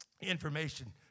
Information